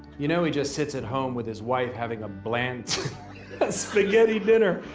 you know he just sits at home with his wife having a bland spaghetti dinner,